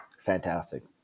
fantastic